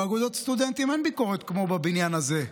באגודות סטודנטים אין ביקורת כמו בבניין הזה,